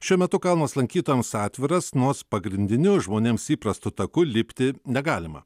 šiuo metu kalnas lankytojams atviras nors pagrindiniu žmonėms įprastu taku lipti negalima